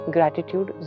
Gratitude